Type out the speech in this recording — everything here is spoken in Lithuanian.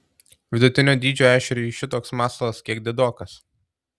vidutinio dydžio ešeriui šitoks masalas kiek didokas